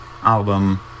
album